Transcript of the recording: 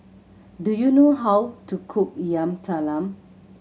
do you know how to cook Yam Talam